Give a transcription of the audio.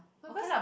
no cause